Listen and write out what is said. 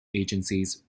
agencies